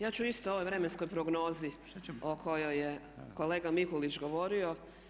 Ja ću isto o ovoj vremenskom prognozi o kojoj je kolega Mikulić govorio.